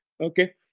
Okay